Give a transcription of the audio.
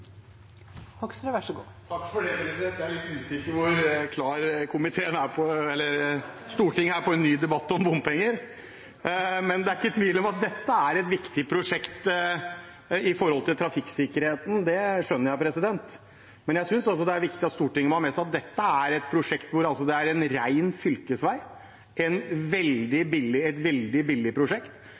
for en ny debatt om bompenger. Det er ikke tvil om at dette er et viktig prosjekt med tanke på trafikksikkerheten, det skjønner jeg, men jeg synes også det er viktig at Stortinget må ha med seg at dette prosjektet er en ren fylkesvei – et veldig billig prosjekt der en veldig stor andel av kostnadene til prosjektet er innkreving og renteutgifter. Det er